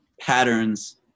patterns